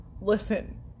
Listen